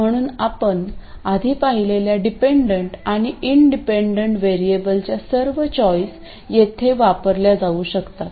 म्हणून आपण आधी पाहिलेल्या डीपेंडेंट आणि इनडीपेंडेंट वेरीअबलच्या सर्व चॉइस येथे वापरल्या जाऊ शकतात